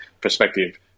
perspective